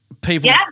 people